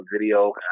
video